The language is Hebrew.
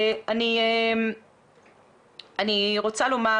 אני רוצה לומר